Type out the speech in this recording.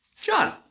John